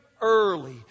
early